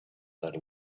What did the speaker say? that